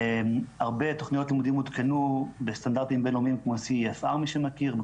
הרבה תוכניות לימודים עודכנו בסטנדרטים בין-לאומיים כמו CEFR מי שמכיר,